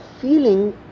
feeling